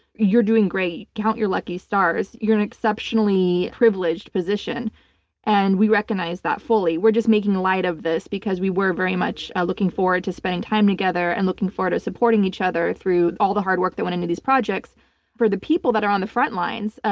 you're doing great. count your lucky stars. you're an exceptionally privileged position and we recognize that fully. we're just making light of this because we were very much looking forward to spending time together and looking forward to supporting each other through all the hard work that went into these projects for the people that are on the front lines,